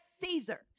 Caesar